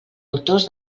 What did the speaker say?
autors